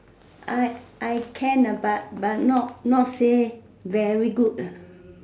I I can but but not say very good